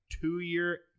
two-year